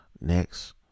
Next